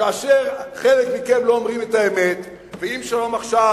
כאשר חלק מכם לא אומרים את האמת, ואם "שלום עכשיו"